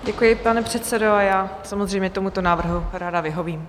Děkuji, pane předsedo, a já samozřejmě tomuto návrhu ráda vyhovím.